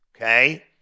Okay